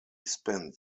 spent